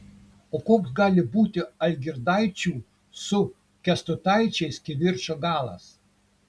o koks gali būti algirdaičių su kęstutaičiais kivirčo galas